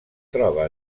troba